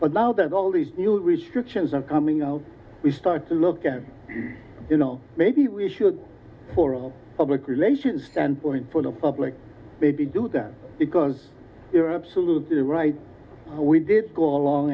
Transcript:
but now that all these new restrictions are coming out we start to look at you know maybe we should for our public relations standpoint for the public they do that because you're absolutely right we did go along